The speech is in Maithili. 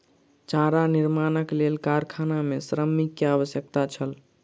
चारा निर्माणक लेल कारखाना मे श्रमिक के आवश्यकता छल